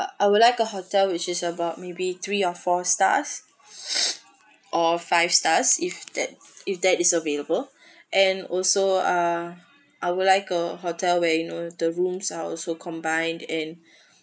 I would like a hotel which is about maybe three or four stars or five stars if that if that is available and also uh I would like a hotel where you know the rooms are also combined in